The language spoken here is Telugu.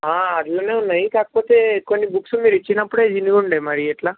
అట్లనే ఉన్నాయి కాకపోతే కొన్ని బుక్స్ మీరు ఇచ్చినప్పుడే చినిగి ఉండే మరి ఎట్లా